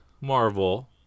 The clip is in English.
Marvel